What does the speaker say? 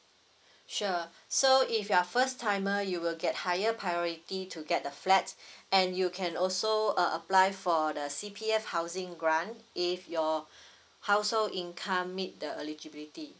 sure so if you are first timer you will get higher priority to get the flat and you can also uh apply for the C_P_F housing grant if your household income meet the eligibility